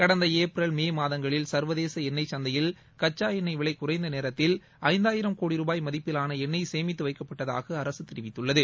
கடந்த April May மாதங்களில் சர்வதேச எண்ணெய் சந்தையில் கச்சா எண்ணெய் விலை குறைந்த நேரத்தில் ஐந்தாயிரம் கோடி ரூபாய் மதிப்பிலாள எண்ணெய் சேமித்து வைக்கப்பட்டதாக அரசு தெரிவித்துள்ளது